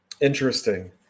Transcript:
Interesting